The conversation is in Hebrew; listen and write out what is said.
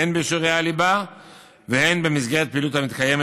הן בשיעורי הליבה והן במסגרת פעילות המתקיימת